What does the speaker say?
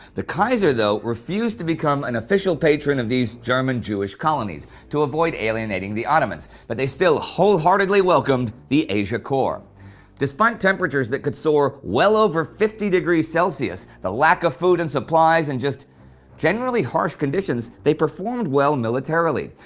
the kaiser, though, refused to become an official patron of these german-jewish colonies, to avoid alienating the ottomans, but they still wholeheartedly welcomed the asia-corps. despite temperatures that could soar well over fifty degrees celsius, the lack of food and supplies, and just generally harsh conditions, they performed well militarily.